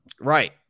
Right